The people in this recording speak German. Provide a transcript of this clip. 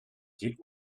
die